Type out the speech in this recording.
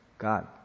God